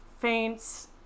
faints